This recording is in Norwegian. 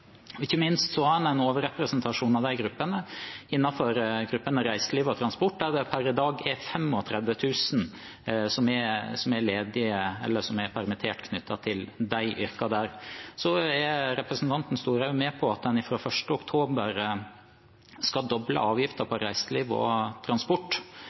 som ikke har fullført videregående utdanning. Ikke minst har man en overrepresentasjon av de to gruppene innenfor yrkesgruppene reiseliv og transport, der det per i dag er 35 000 som er ledige eller permitterte. Representanten Storehaug er med på at en fra den 1. oktober skal doble avgiften på reiseliv og transport